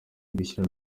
gushyira